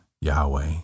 Yahweh